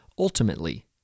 Ultimately